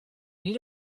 need